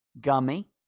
gummy